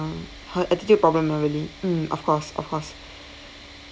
her attitude problem ah really mm of course of course